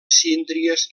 síndries